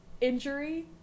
injury